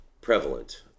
prevalent